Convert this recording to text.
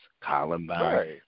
Columbine